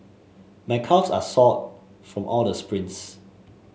my calves are sore from all the sprints